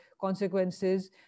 consequences